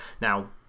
Now